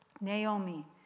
Naomi